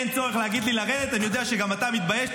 אין צורך להגיד לי לרדת, אני יודע שגם אתה מתבייש.